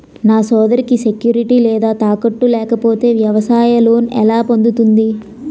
నా సోదరికి సెక్యూరిటీ లేదా తాకట్టు లేకపోతే వ్యవసాయ లోన్ ఎలా పొందుతుంది?